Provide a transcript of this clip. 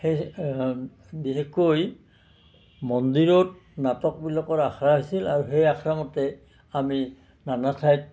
সেই বিশেষকৈ মন্দিৰত নাটকবিলাকৰ আখৰা হৈছিল আৰু সেই আখৰামতে আমি নানা ঠাইত